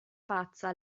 pazza